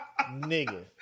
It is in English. Nigga